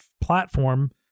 platform